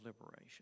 liberation